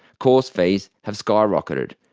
course fees have skyrocketed,